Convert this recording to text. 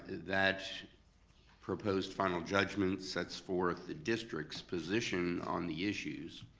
that proposed final judgment sets forth the district's position on the issues,